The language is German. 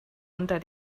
unter